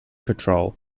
patrol